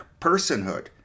personhood